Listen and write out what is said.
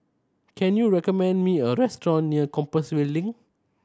can you recommend me a restaurant near Compassvale Link